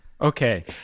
Okay